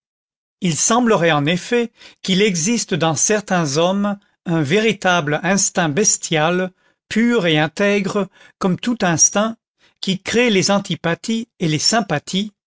il semblerait en effet qu'il existe dans certains hommes un véritable instinct bestial pur et intègre comme tout instinct qui crée les antipathies et les sympathies